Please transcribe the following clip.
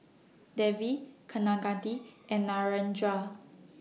Devi Kaneganti and Narendra